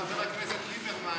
חבר הכנסת ליברמן,